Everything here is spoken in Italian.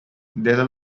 della